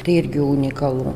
tai irgi unikalu